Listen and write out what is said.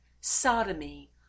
sodomy